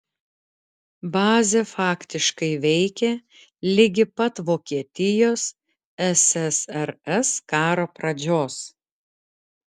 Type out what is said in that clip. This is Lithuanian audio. bazė faktiškai veikė ligi pat vokietijos ssrs karo pradžios